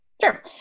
Sure